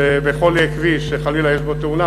שבכל כביש שחלילה יש בו תאונה,